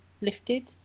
lifted